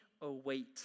await